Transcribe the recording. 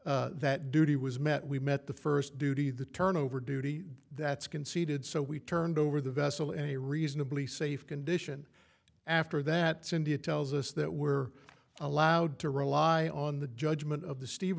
case that duty was met we met the first duty the turnover duty that's conceded so we turned over the vessel in a reasonably safe condition after that scindia tells us that we're allowed to rely on the judgement of the steve